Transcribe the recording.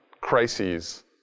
crises